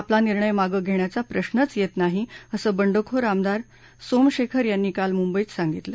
आपला निर्णय मागं घेण्याचा प्रश्च येत नाही असं बंडखोर आमदार सोम शेखर यांनी काल मुंबईत सांगितलं